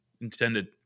intended